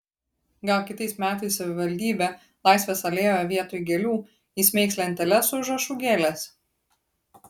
gal kitais metais savivaldybė laisvės alėjoje vietoj gėlių įsmeigs lenteles su užrašu gėlės